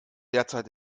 derzeit